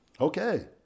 okay